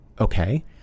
okay